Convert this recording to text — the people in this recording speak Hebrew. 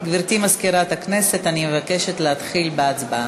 גברתי מזכירת הכנסת, אני מבקשת להתחיל בהצבעה.